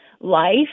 life